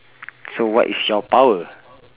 so what is your power